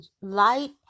light